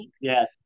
Yes